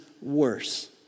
worse